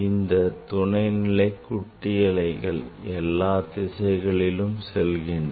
இந்த துணைநிலை குட்டி அலைகள் எல்லா திசைகளிலும் செல்கின்றன